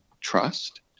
trust